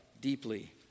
deeply